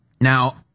Now